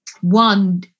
One